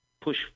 push